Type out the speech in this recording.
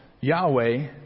Yahweh